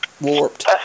warped